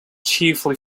chiefly